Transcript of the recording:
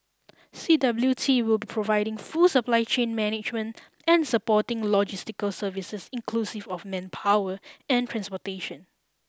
C W T will be providing full supply chain management and supporting logistical services inclusive of manpower and transportation